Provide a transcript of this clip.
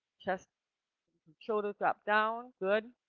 chest and shoulders up, down. good.